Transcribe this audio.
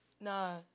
nah